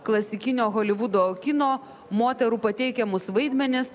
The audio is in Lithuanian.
klasikinio holivudo kino moterų pateikiamus vaidmenis